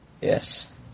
Yes